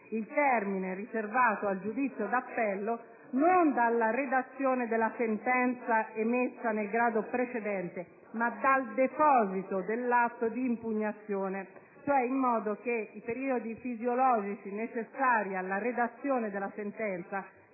il termine riservato al giudizio d'appello non dalla redazione della sentenza emessa nel grado precedente, ma dal deposito dell'atto di impugnazione, in modo cioè che i periodi fisiologici necessari alla redazione della sentenza,